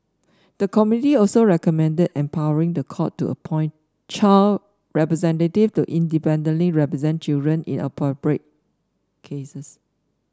the committee also recommended empowering the court to appoint child representatives to independently represent children in appropriate cases